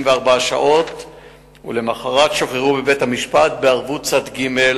שעות ולמחרת שוחררו בבית-המשפט בערבות צד ג',